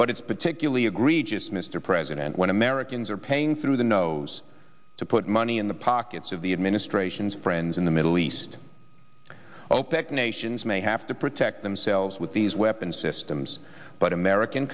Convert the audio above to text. but it's particularly egregious mr president when americans are paying through the nose to put money in the pockets of the administration's friends in the middle east opec nations may have to protect themselves with these weapons systems but american